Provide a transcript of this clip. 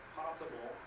possible